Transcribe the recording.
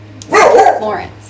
Florence